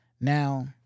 Now